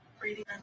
reading